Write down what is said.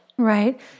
Right